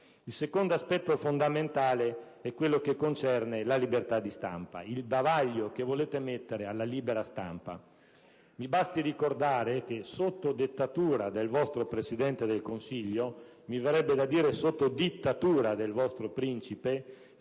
Il secondo aspetto fondamentale, come dicevo, è quello che concerne la libertà di stampa, il bavaglio che volete mettere alla libera stampa. Mi basti ricordare che sotto dettatura del vostro Presidente del Consiglio - mi verrebbe da dire sotto dittatura del vostro principe